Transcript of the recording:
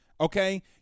okay